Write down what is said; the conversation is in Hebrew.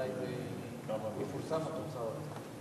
מתי זה יפורסם, התוצאות?